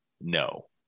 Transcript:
no